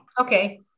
Okay